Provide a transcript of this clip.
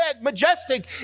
Majestic